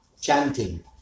chanting